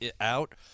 out